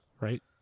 Right